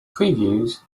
previews